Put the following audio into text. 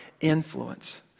influence